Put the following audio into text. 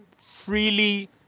freely